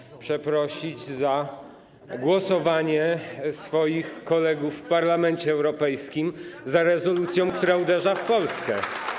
Chodzi o przeprosiny za głosowanie swoich kolegów w Parlamencie Europejskim za rezolucją, która uderza w Polskę.